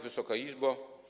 Wysoka Izbo!